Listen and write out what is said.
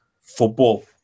football